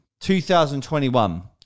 2021